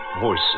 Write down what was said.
voices